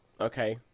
Okay